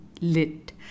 Lit